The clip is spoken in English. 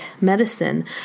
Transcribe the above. medicine